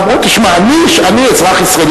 אמרו: תשמע, אני אזרח ישראלי.